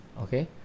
Okay